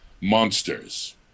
Monsters